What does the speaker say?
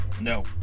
No